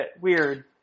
Weird